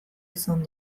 izan